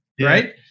Right